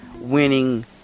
Winning